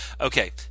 okay